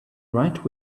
right